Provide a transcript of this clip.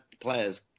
players